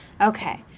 Okay